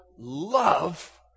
love